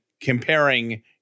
comparing